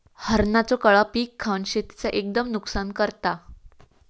हरणांचो कळप पीक खावन शेतीचा एकदम नुकसान करता